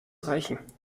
reichen